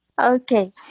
Okay